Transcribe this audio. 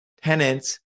tenants